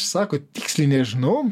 sako tiksliai nežinau